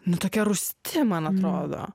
nu tokia rūsti man atrodo